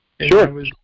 Sure